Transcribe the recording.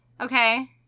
Okay